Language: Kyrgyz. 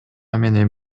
менен